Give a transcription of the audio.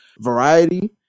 variety